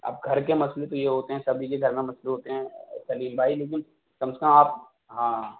اب گھر کے مسئلے تو یہ ہوتے ہیں سبھی کے گھر میں مسئلے ہوتے ہیں سلیم بھائی لیکن کم سے کم آپ ہاں